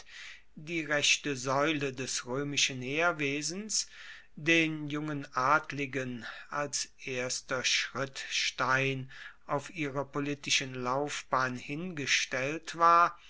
die rechte saeule des roemischen heerwesens den jungen adligen als erster schrittstein auf ihrer politischen laufbahn hingestellt war